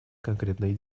конкретные